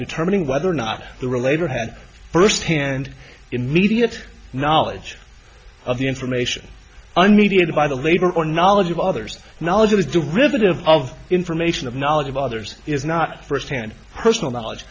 determining whether or not the relator had firsthand immediate knowledge of the information and mediated by the labor or knowledge of others knowledge of the derivative of information of knowledge of others is not firsthand personal knowledge